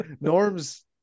Norm's